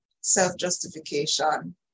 self-justification